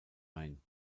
ein